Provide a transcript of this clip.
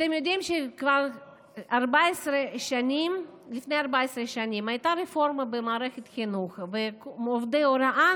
אתם יודעים שלפני 14 שנים הייתה רפורמה במערכת החינוך ועובדי הוראה